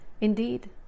indeed